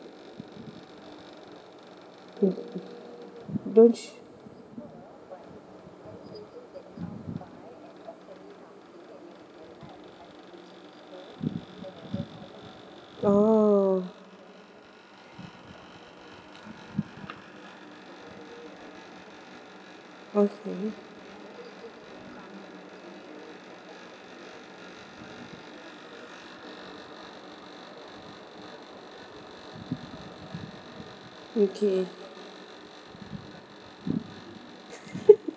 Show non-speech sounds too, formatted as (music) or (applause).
(noise) don't y~ oh okay okay (laughs)